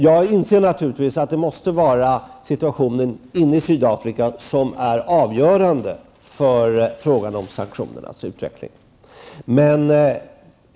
Jag inser naturligtvis att det måste vara situationen inne i Sydafrika som är avgörande för frågan om sanktionernas upphävande.